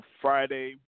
Friday